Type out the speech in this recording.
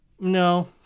No